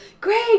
great